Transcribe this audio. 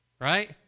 right